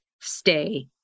stay